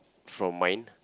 from mine